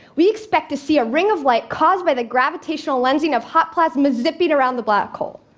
we'd expect to see a ring of light caused by the gravitational lensing of hot plasma zipping around the black hole.